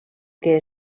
que